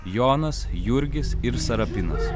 jonas jurgis ir sarapinas